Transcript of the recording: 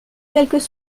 quelques